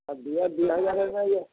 ଦିଇ ଦୁଇ ହଜାର ହେଲେ ଦିଅ